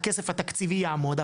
הכסף התקציבי יעמוד,